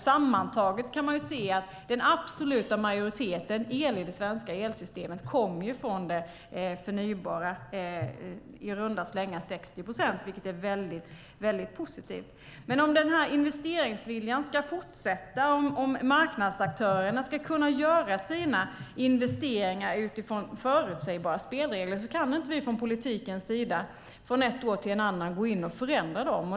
Sammantaget kan man se att den absoluta majoriteten el i det svenska elsystemet kommer från förnybar energi - i runda slängar 60 procent - vilket är mycket positivt. Men om denna investeringsvilja ska fortsätta och om marknadsaktörerna ska kunna göra sina investeringar utifrån förutsägbara spelregler kan inte vi från politikens sida från ett år till ett annat gå in och förändra dem.